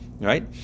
right